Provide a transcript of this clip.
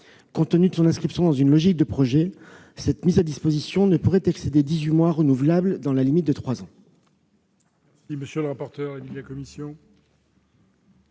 Compte tenu de son inscription dans une logique de projet, cette mise à disposition ne pourrait excéder dix-huit mois, renouvelable dans la limite de trois